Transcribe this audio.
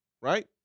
right